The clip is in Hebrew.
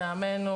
זה דבר ראשון,